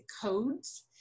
codes